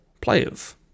players